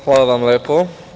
Hvala vam lepo.